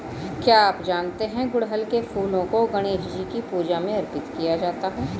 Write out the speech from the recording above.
क्या आप जानते है गुड़हल के फूलों को गणेशजी की पूजा में अर्पित किया जाता है?